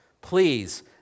Please